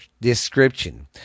description